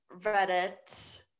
Reddit